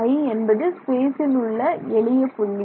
I என்பது ஸ்பேசில் உள்ள எளிய புள்ளி